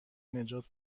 نجات